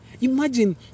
Imagine